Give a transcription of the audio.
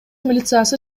милициясы